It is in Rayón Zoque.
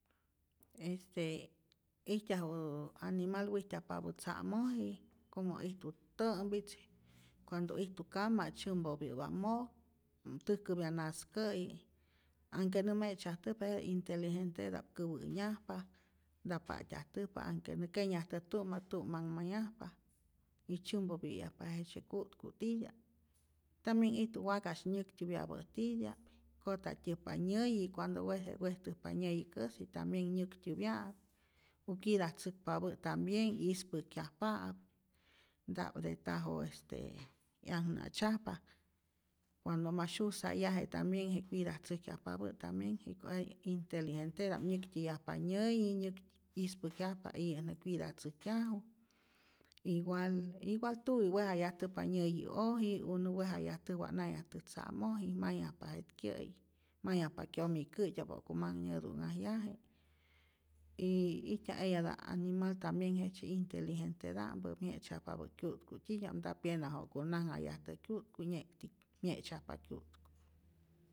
Este ijtyaju animal wijtyajpapä tza'moji como ijtu tä'mpitz, cuando ijtu kama' tzyämpopyä'pa mok, täjkäpya naskä'yi, anhke nä me'tzyajtäj pero jete inteligenteta'p käwä'nyajpa, nta pa'tyajtäjpa, anhke nä kenyajtäj tu'ma'k tu'manh mayajpa y tzyämpopyä'yajpa jejtzyë ku'tku titya'p, tambien ijtu wakas nyäktyäpyapä' titya'p, kojtatyäjpa nyäyi, cuando weje wejtäjpa nyäyikäsi tambien nyäktyäpya'ap o cuidatzäkpapä' tambien 'yispäjkyajpa'ap, nta'p de tajo este 'yakna'tzyajpa, cuando ma syusayaje tambien je cuidatzäjkyajpapä' tambien jiko' jete inteligenteta'p, nyäktyäyajpa nyäyi, nyäk yispäjkyajpa iyä' nä cuidatzäjkyaju, igual igual tuwi' wejayajtäjpa nyäyi'oji o nä wejayajtä' wa' nayajtäj tzamoji mayajpa jet'kyä'yi, mayajpa kyomikyä'tya'p wa'ku manh nyätu'nhajyaje y ijtyaj eyata' animal tambien jejtzye inteligenteta'mpä mye'tzyajpapä' kyu'tku titya'p, nta pyena ja'ku najnhayajtäj kyu'tku nye'kti mye'tzyajpa kyu'tku.